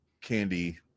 candy